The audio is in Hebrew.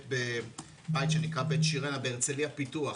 לבית שנקרא "בית שירנה" בהרצליה פיתוח,